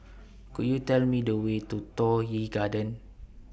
Could YOU Tell Me The Way to Toh Yi Garden